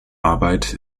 arbeit